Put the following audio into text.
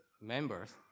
members